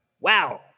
Wow